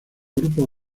grupos